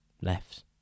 left